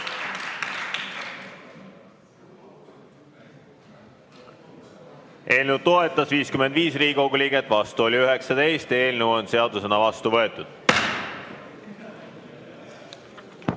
Eelnõu toetas 55 Riigikogu liiget, vastu oli 19. Eelnõu on seadusena vastu võetud.